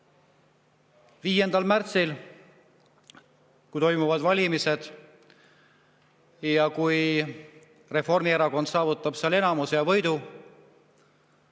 5. märtsil toimuvad valimised ja kui Reformierakond saavutab seal enamuse ja võidu,